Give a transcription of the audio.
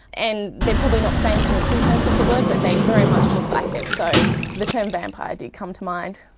and they're probably not fangs in the true sense of the word but they very much look like it. so the term vampire did come to mind.